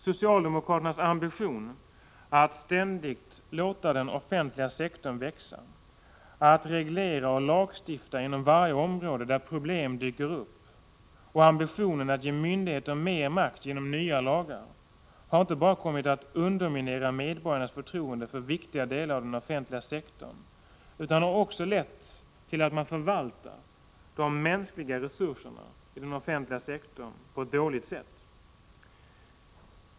Socialdemokraternas ambition att ständigt låta den offentliga sektorn växa, att reglera och lagstifta inom varje område där problem dyker upp och ambitionen att ge myndigheter mer makt genom nya lagar har inte bara kommit att underminera medborgarnas förtroende för viktiga delar av den offentliga sektorn utan har också lett till att man förvaltar de mänskliga resurserna i den offentliga sektorn på ett dåligt sätt.